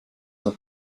were